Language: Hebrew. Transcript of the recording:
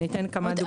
אני אתן כמה דוגמאות.